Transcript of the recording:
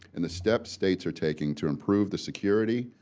and the steps states are taking to improve the security,